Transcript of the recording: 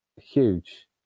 huge